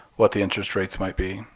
what the interest rates might be?